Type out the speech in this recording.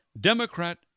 Democrat